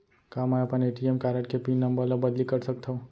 का मैं अपन ए.टी.एम कारड के पिन नम्बर ल बदली कर सकथव?